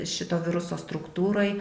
šito viruso struktūroj